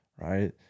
Right